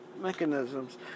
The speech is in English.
mechanisms